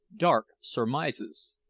dark surmises